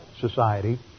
society